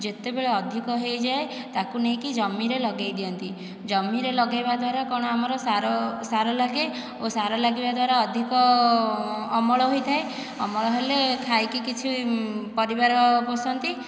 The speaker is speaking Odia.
ଯେତେବେଳେ ଅଧିକ ହୋଇଯାଏ ତାକୁ ନେଇକି ଜମିରେ ଲଗାଇଦିଅନ୍ତି ଜମିରେ ଲଗାଇବା ଦ୍ୱାରା କ'ଣ ଆମର ସାର ସାର ଲାଗେ ଓ ସାର ଲାଗିବା ଦ୍ୱାରା ଅଧିକ ଅମଳ ହୋଇଥାଏ ଅମଳ ହେଲେ ଖାଇକି କିଛି ପରିବାର ପୋଷନ୍ତି